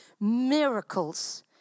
miracles